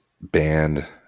band